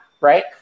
right